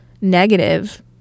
negative